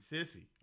Sissy